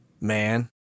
man